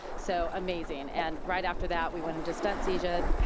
so, amazing, and right after that we went into stunt season,